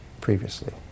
previously